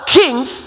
kings